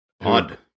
Odd